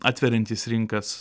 atveriantys rinkas